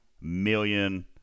million